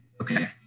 Okay